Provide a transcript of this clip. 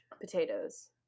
potatoes